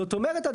זאת אומרת,